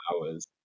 hours